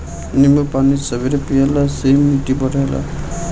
नींबू पानी सबेरे पियला से इमुनिटी बढ़ेला